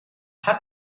hat